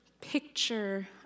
picture